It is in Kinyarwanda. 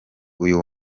uyu